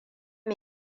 me